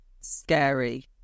scary